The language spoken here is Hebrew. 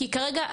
כי כרגע,